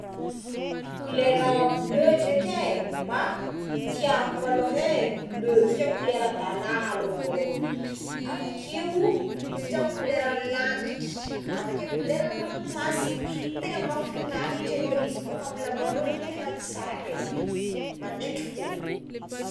Kolera bleu ndraiky é ma tiako maloha é bleu satria kolerandalahy maloha volohagny avakeo satria koleran'ny langitra avakeo koleran'ny ranomasina tena mafinaritra izy ko fa amign'ny lamba olo izy ko tegna tsara é manaitry fo.